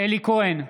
אלי כהן,